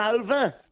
over